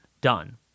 Done